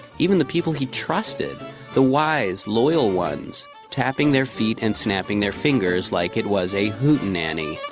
even the people he'd trusted the wise, loyal ones tapping their feet and snapping their fingers like it was a hootenanny!